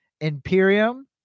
Imperium